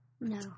No